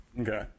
Okay